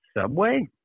Subway